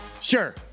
Sure